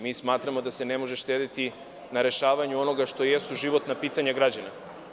Mi smatramo da se ne može štedeti na rešavanju onoga što jesu životna pitanja građana.